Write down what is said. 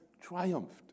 triumphed